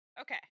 Okay